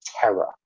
terror